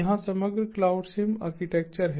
यहाँ समग्र CloudSim architecture है